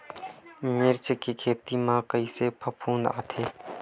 मिर्च के खेती म कइसे फफूंद आथे?